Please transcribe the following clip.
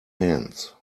hands